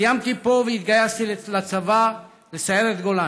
סיימתי פה והתגייסתי לצבא, לסיירת גולני.